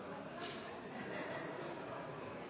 er også en del